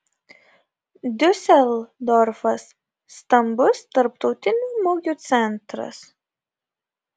diuseldorfas stambus tarptautinių mugių centras